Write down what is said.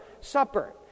supper